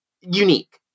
unique